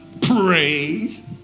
Praise